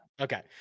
Okay